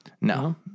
No